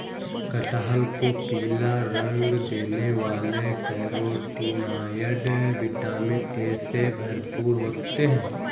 कटहल को पीला रंग देने वाले कैरोटीनॉयड, विटामिन ए से भरपूर होते हैं